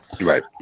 Right